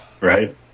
Right